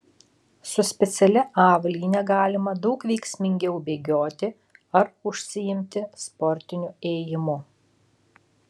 su specialia avalyne galima daug veiksmingiau bėgioti ar užsiimti sportiniu ėjimu